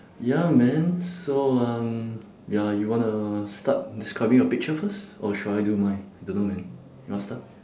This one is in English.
ya man so um ya you wanna start describing your picture first or should I do mine I don't know man you want start